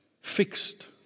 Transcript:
Fixed